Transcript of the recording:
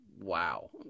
Wow